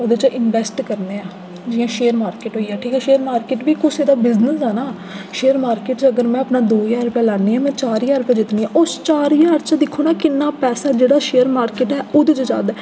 ओह्दे च इनवैस्ट करने आं जि'यां शेयर मार्किट होई गेआ की जे शेयर मार्किट बी कुसै दा बिजनेस ऐ ना शेयर मार्किट च अगर में अपना दो ज्हार रपेआ लान्नी आं में चार ज्हार रपेआ जित्तनी आं उस चार ज्हार च दिक्खो आं किन्ना पैसा जेह्ड़ा शेयर मार्किट ऐ ओह्दे च जा करदा